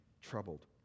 troubled